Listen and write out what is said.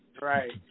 Right